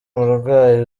umurwayi